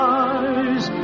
eyes